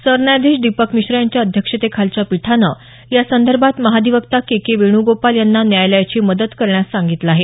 सरन्यायाधीश दीपक मिश्रा यांच्या अध्यक्ष ते खालच्या पीठानं यासंर्भात महाधिवक्ता के के वेण्गोपाल यांना न्यायालयाची मदत करण्यास सांगितलं आहे